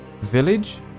village